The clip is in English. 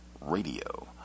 radio